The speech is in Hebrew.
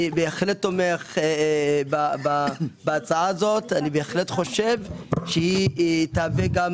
אני בהחלט תומך בהצעה הזאת וחושב שהיא תהווה גם